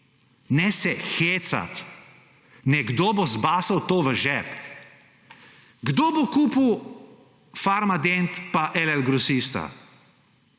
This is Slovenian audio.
Ne se hecati! Nekdo bo to zbasal v žep. Kdo bo kupil Farmadent pa LL Grosista?